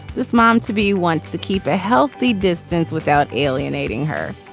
this mom to be wants to keep a healthy distance without alienating her.